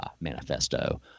manifesto